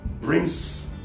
brings